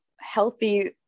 healthy